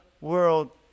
world